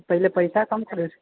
पहिले पैसा कम करु